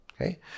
okay